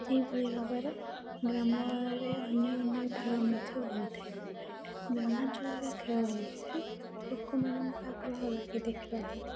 ସେହିଭଳି ଭାବରେ ଗ୍ରାମରେ ଅନ୍ୟ ଅନ୍ୟ ଖେଳ ମଧ୍ୟ ହୋଇଥାଏ ଗ୍ରାମାଞ୍ଚଳରେ ଖେଳ ହେଲେ ଲୋକମାନଙ୍କୁ ଆଗ୍ରହ ଲାଗେ ଦେଖିବା ପାଇଁ